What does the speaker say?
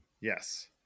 yes